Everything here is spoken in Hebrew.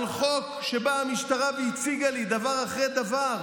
על חוק שבו באה המשטרה והציגה לי דבר אחרי דבר,